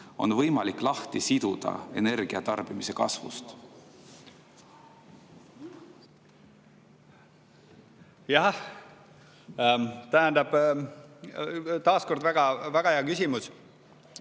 on võimalik lahti siduda energia tarbimise kasvust. Jah. Tähendab, taas väga hea küsimus,